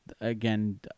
again